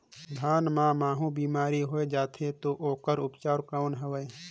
धान मां महू बीमारी होय जाथे तो ओकर उपचार कौन हवे?